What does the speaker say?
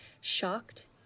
shocked